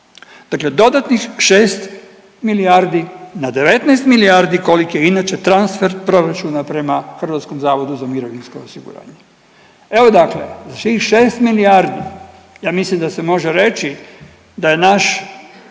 Dakle, dodatnih 6 milijardi na 19 milijardi koliki je inače transfer proračuna prema HZMO-u. Evo dakle tih 6 milijardi ja mislim da se može reći da je naš